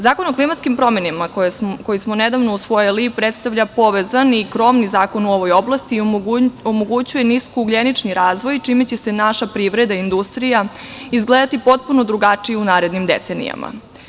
Zakon o klimatskim promenama koji smo nedavno usvojili predstavlja povezani krovni zakon u ovoj oblasti i omogućava niskougljenični razvoj, čime će naša privreda i industrija izgledati potpuno drugačije u narednim decenijama.